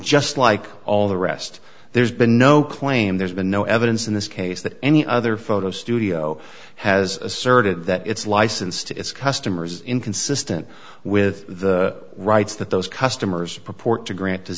just like all the rest there's been no claim there's been no evidence in this case that any other photo studio has asserted that its license to its customers is inconsistent with the rights that those customers purport to grant